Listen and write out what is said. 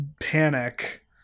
panic